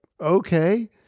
okay